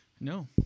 No